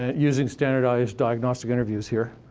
ah using standardized diagnostic interviews here.